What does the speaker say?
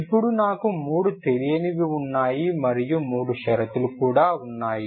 ఇప్పుడు నాకు మూడు తెలియనివి వున్నాయి మరియు మూడు షరతులు కూడా ఉన్నాయి